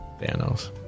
Thanos